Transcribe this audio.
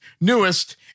newest